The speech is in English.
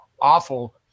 awful